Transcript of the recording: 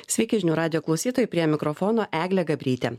sveiki žinių radijo klausytojai prie mikrofono eglė gabrytė